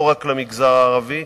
לא רק למגזר הערבי,